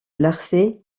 larçay